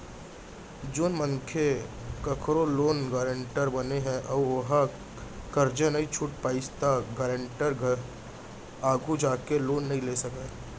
जेन मनसे कखरो लोन गारेंटर बने ह अउ ओहा करजा नइ छूट पाइस त गारेंटर आघु जाके लोन नइ ले सकय